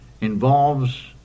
involves